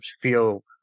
feel